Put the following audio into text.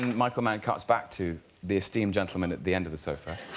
michael man cuts back to the esteemed gentleman at the end of the sofa